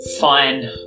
Fine